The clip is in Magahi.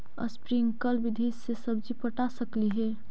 स्प्रिंकल विधि से सब्जी पटा सकली हे?